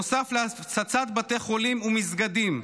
נוסף להפצצת בתי חולים ומסגדים,